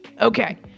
Okay